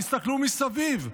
תסתכלו מסביב.